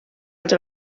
els